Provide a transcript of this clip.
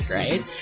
right